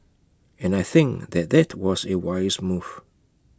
and I think that that was A wise move